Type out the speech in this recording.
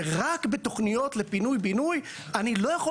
שרק לתוכניות בפינוי בינוי אני לא יכול